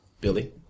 Billy